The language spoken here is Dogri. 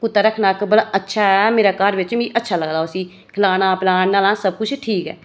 कुत्ता रक्खना इक बड़ा अच्छा ऐ मेरे घर बिच मिगी अच्छा लगदा उसी खलाना पिलाना नलाह्ना सब किश ठीक ऐ